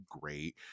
great